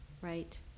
right